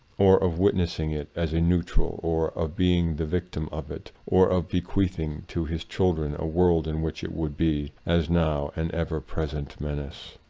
or of witness ing it as a neutral, or of being the victim of it, or of bequeathing to his children a world in which it would be, as now, an ever present menace.